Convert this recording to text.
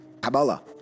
Kabbalah